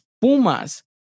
Pumas